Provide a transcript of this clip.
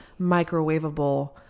microwavable